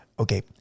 Okay